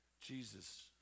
Jesus